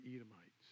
Edomites